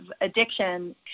addiction